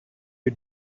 you